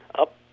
up